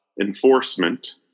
enforcement